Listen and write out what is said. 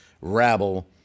rabble